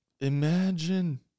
Imagine